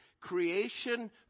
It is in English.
Creation